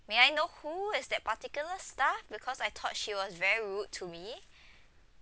may I know who is that particular staff because I thought she was very rude to me